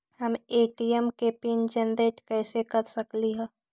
हम ए.टी.एम के pin generate कईसे कर सकली ह?